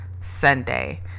Sunday